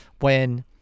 when-